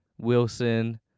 Wilson